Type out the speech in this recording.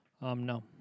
No